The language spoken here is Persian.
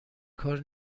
کار